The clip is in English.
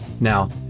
Now